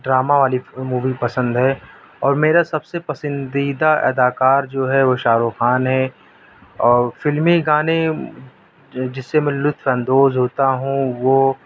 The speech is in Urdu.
ڈرامہ والی مووی پسند ہے اور میرا سب سے پسندیدہ اداکار جو ہے وہ شارخ خان ہے اور فلمی گانے جس سے میں لطف اندوز ہوتا ہوں وہ